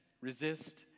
resist